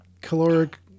caloric